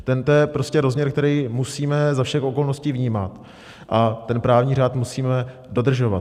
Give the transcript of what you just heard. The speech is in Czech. To je prostě rozměr, který musíme za všech okolností vnímat, a právní řád musíme dodržovat.